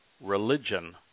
religion